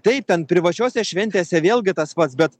taip ten privačiose šventėse vėlgi tas pats bet